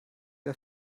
der